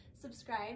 subscribe